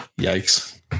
Yikes